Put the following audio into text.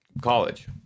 College